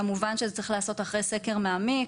כמובן שזה צריך להיעשות אחרי סקר מעמיק.